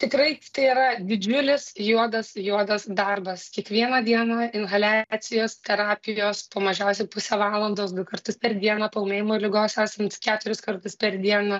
tikrai tai yra didžiulis juodas juodas darbas kiekvieną dieną inhaliacijos terapijos po mažiausiai pusę valandos du kartus per dieną paūmėjimo ligos esant keturis kartus per dieną